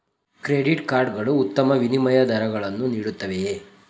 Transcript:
Credit card ಗಳು ಉತ್ತಮ ವಿನಿಮಯ ದರಗಳನ್ನು ನೀಡುತ್ತವೆಯೇ?